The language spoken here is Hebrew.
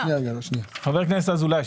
חבר הכנסת אזולאי,